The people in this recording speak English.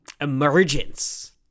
emergence